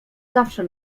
zawsze